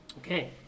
Okay